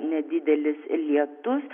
nedidelis lietus